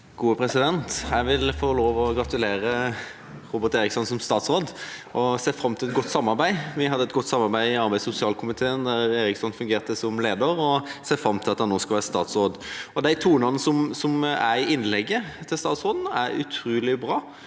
Jeg vil få lov å gratulere Robert Eriksson som statsråd og ser fram til et godt samarbeid. Vi hadde et godt samarbeid i arbeids- og sosialkomiteen, der Eriksson fungerte som leder, og jeg ser fram til at han nå skal være statsråd. De tonene som er i innlegget til statsråden, er utrolig bra.